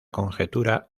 conjetura